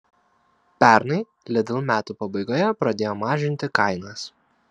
pernai lidl metų pabaigoje pradėjo mažinti kainas